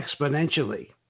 exponentially